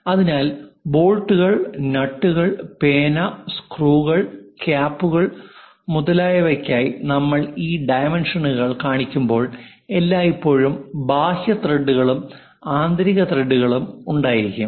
അതിനാൽ ബോൾട്ടുകൾ നട്ടുകൾ പേന സ്ക്രൂകൾ ക്യാപ്പുകൾ മുതലായവയ്ക്കായി നമ്മൾ ഈ ഡൈമെൻഷനുകൾ കാണിക്കുമ്പോൾ എല്ലായ്പ്പോഴും ബാഹ്യ ത്രെഡുകളും ആന്തരിക ത്രെഡുകളും ഉണ്ടായിരിക്കും